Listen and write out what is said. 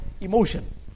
emotion